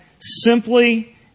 simply